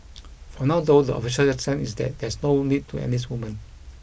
for now though the official stand is that there's no need to enlist women